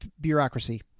bureaucracy